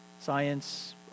Science